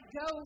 go